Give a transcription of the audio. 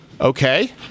Okay